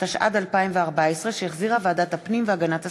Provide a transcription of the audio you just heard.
התשע"ד 2014, שהחזירה ועדת הפנים והגנת הסביבה.